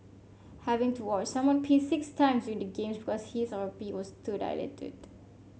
having to watch someone pee six times during the games because his or her pee was too diluted